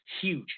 huge